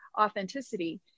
authenticity